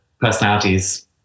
personalities